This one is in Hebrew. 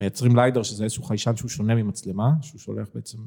מייצרים ליידר שזה איזשהו חיישן שהוא שונה ממצלמה שהוא שולח בעצם